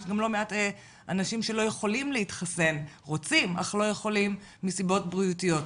יש לא מעט אנשים שרוצים להתחסן אבל לא יכולים מסיבות בריאותיות.